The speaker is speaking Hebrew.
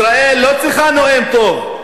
ישראל לא צריכה נואם טוב,